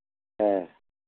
है